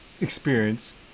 experience